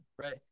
right